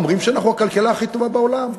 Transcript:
אומרים שאנחנו הכלכלה הכי טובה בעולם.